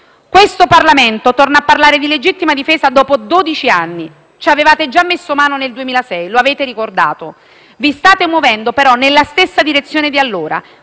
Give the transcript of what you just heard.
Questo Parlamento torna a parlare di legittima difesa dopo dodici anni. Ci avevate già messo mano nel 2006; lo avete ricordato. Vi state muovendo nella stessa direzione di allora,